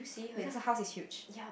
because the house is huge